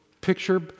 picture